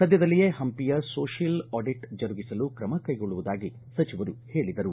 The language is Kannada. ಸದ್ದದಲ್ಲಿಯೇ ಹಂಪಿಯ ಸೋಶಿಯಲ್ ಆಡಿಟ್ ಜರುಗಿಸಲು ಕ್ರಮಕೈಗೊಳ್ಳುವುದಾಗಿ ಸಚಿವರು ಹೇಳಿದರು